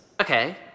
Okay